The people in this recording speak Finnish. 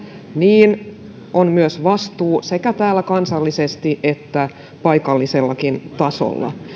niin on myös vastuu sekä täällä kansallisesti että paikallisellakin tasolla